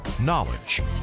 knowledge